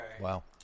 Wow